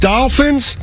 Dolphins